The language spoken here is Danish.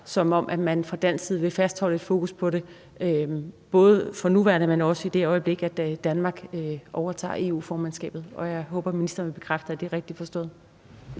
som om man fra dansk side vil fastholde et fokus på det – både for nuværende, men også i det øjeblik, at Danmark overtager EU-formandskabet. Og jeg håber, at ministeren vil bekræfte, at det er rigtigt forstået.